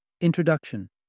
Introduction